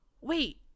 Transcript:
wait